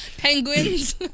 Penguins